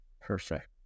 Perfect